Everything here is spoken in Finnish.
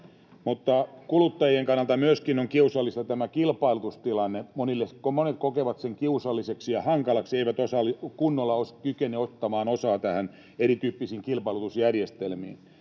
Mutta kuluttajien kannalta kiusallista on myöskin tämä kilpailutustilanne. Monet kokevat kiusalliseksi ja hankalaksi, kun eivät kunnolla kykene ottamaan osaa näihin erityyppisiin kilpailutusjärjestelmiin.